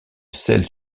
selles